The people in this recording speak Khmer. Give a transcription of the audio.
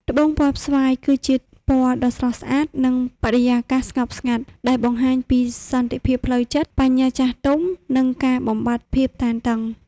ត្បូងពណ៌ស្វាយ គឺជាពណ៌ដ៏ស្រស់ស្អាតនិងបរិយាកាសស្ងប់ស្ងាត់ ដែលបង្ហាញពី សន្តិភាពផ្លូវចិត្ត បញ្ញាចាស់ទុំ និងការបំបាត់ភាពតានតឹង។